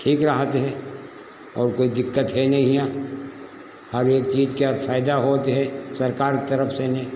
ठीक राहत है और कोई दिक्कत है नहीं यहाँ हर एक चीज का फायदा होता है सरकार की तरफ से ने